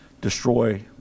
destroy